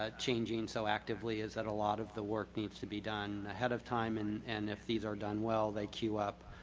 ah changing so actively is that a lot of the work needs to be done ahead of time and and if these are done well, they cue up